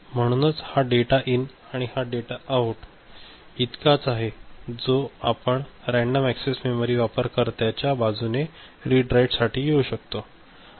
म्हणूनच हा data in आहे आणि हा डेटा आऊट इतकाच आहे जो आपण रँडम एक्सेस मेमरी वापरकर्त्याच्या बाजूने रीड राईट साठी येऊ शकतो